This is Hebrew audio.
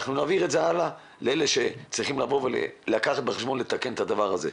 ואנחנו נעביר הלאה לאלה שצריכים לקחת בחשבון לתקן את הדבר הזה',